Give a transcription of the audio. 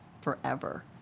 forever